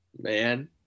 man